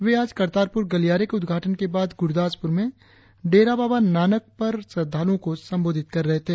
वे आज करतारपुर गलियारे के उद्घाटन के बाद गूरदासपुर में डेरा बाबा नामक पर श्रद्धांलुओं को संबोधित कर रहे थे